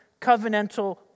covenantal